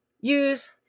use